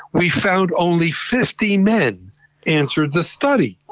we found only fifty men answered the study.